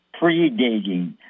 predating